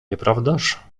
nieprawdaż